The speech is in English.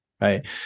right